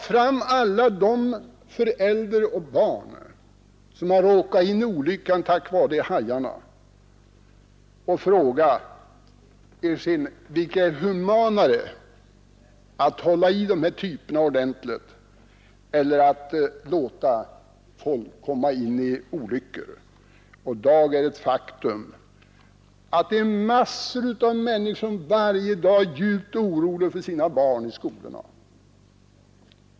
Vi kan fråga alla de föräldrar och barn som råkat i olycka på grund av hajarna vilket som är humanare: att hålla i dessa typer ordentligt eller att låta människor komma i olycka? Det är ett faktum att massor av människor varje dag är djupt oroliga för sina barn i skolorna.